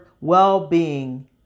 well-being